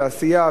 כל ההצעות,